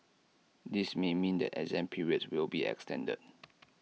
this may mean that exam periods will be extended